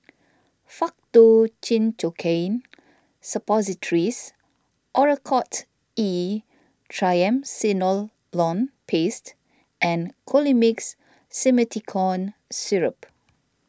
Faktu Cinchocaine Suppositories Oracort E Triamcinolone Paste and Colimix Simethicone Syrup